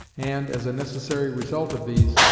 and, as a necessary result of these,